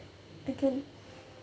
I can